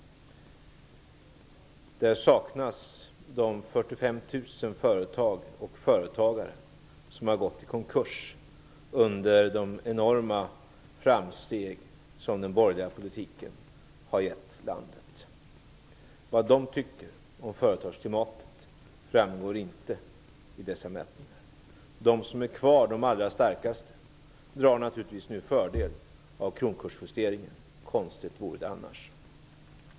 Där saknas de 45 000 företag och företagare som har gått i konkurs under de enorma framsteg som den borgerliga politiken har lett till i landet. Vad de tycker om företagsklimatet framgår inte i dessa mätningar. De som är kvar, de allra starkaste, drar nu naturligtvis fördel av kronkursjusteringen -- konstigt vore det annars.